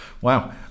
Wow